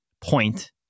point